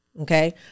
Okay